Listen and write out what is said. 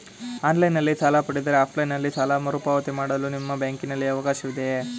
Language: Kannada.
ಆನ್ಲೈನ್ ನಲ್ಲಿ ಸಾಲ ಪಡೆದರೆ ಆಫ್ಲೈನ್ ನಲ್ಲಿ ಸಾಲ ಮರುಪಾವತಿ ಮಾಡಲು ನಿಮ್ಮ ಬ್ಯಾಂಕಿನಲ್ಲಿ ಅವಕಾಶವಿದೆಯಾ?